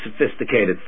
sophisticated